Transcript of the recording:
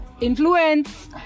Influence